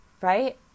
right